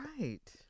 Right